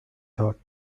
thought